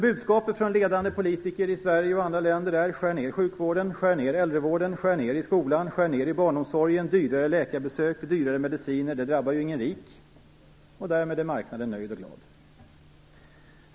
Budskapet från ledande politiker i Sverige och andra länder är: skär ned i sjukvården, skär ned i äldrevården, skär ned i skolan, skär ned i barnomsorgen, dyrare läkarbesök, dyrare mediciner. Det drabbar ju ingen rik - därmed är marknaden nöjd och glad.